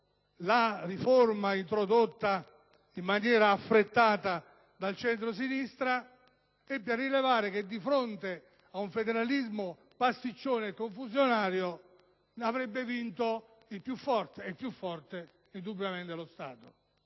la riforma introdotta in maniera affrettata dal centrosinistra, ebbi a rilevare che, di fronte a un federalismo pasticcione e confusionario, avrebbe vinto il più forte, e il più forte indubbiamente è lo Stato.